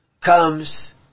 comes